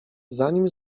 zanim